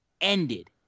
ended